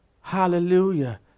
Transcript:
Hallelujah